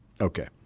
Okay